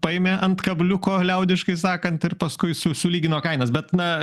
paėmė ant kabliuko liaudiškai sakant ir paskui su sulygino kainas bet na